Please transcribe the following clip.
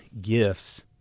gifts